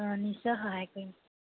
অঁ নিশ্চয় সহায় কৰিম